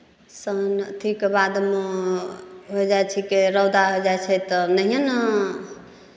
सावन अथी के बाद मे होइ जाइ छिकै रौदा होइ जाइ छै तऽ नहिंयें ने